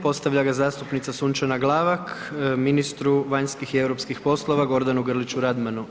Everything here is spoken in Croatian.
Postavlja ga zastupnica Sunčana Glavak, ministru vanjskih i europskih poslova Gordanu Grliću Radmanu.